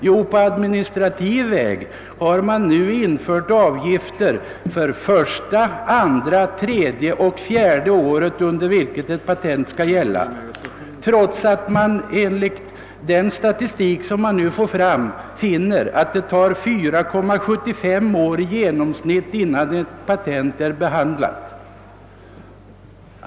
Jo, på administrativ väg har man nu infört avgifter för första, andra, tredje och fjärde året under vilket ett patent skall gälla, trots att den statistik som läggs fram visar att det tar i genomsnitt 43/4 år innan en patentansökan är behandlad.